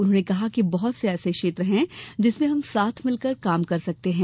उन्होंने कहा कि बहुत से ऐसे क्षेत्र हैं जिसमें हम साथ मिलकर काम कर सकते हैं